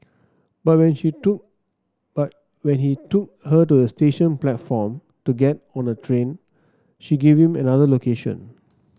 but when she took but when he took her to the station platform to get on a train she gave him another location